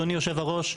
אדוני היו"ר,